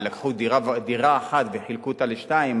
ולקחו דירה אחת וחילקו אותה לשתיים,